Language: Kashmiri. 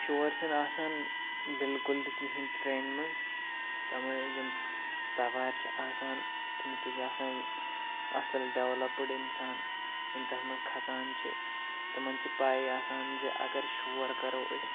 شوٗر چھِنہٕ آسان بالکُل تہِ کِہیٖنۍ ٹرٛینہِ منٛز تَتھ منٛز یِم سَوارِ چھِ آسان تِم تہِ چھِ آسان اصٕل ڈیٚولَپٕڈ اِنسان یِم تَتھ منٛز کھَژان چھِ تِمَن چھِ پاے آسان زِ اگر شوٗر کَرو أسۍ